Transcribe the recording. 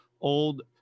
Old